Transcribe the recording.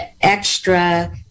extra